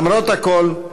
למרות הכול,